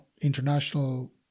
international